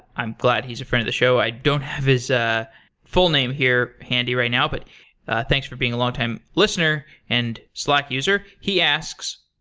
i'm glad he's a friend of the show. i don't have his ah full name here handy right now, but thanks for being a longtime listener and slack user. he asks,